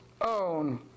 own